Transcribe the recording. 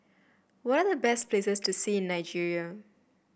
what are the best places to see in Nigeria